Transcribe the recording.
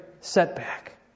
setback